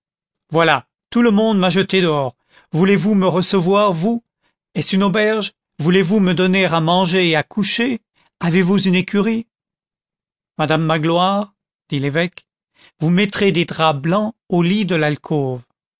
voilà tout le monde m'a jeté dehors voulez-vous me recevoir vous est-ce une auberge voulez-vous me donner à manger et à coucher avez-vous une écurie madame magloire dit l'évêque vous mettrez des draps blancs au lit de l'alcôve